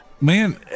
man